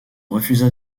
refusa